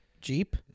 Jeep